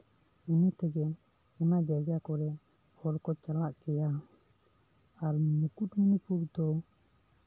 ᱤᱱᱟᱹ ᱛᱮᱜᱮ ᱚᱱᱟ ᱡᱟᱭᱜᱟ ᱠᱚᱨᱮ ᱦᱚᱲᱠᱚ ᱪᱟᱞᱟᱜ ᱜᱮᱭᱟ ᱟᱨ ᱢᱩᱠᱩᱴᱢᱚᱱᱤᱯᱩᱨ ᱫᱚ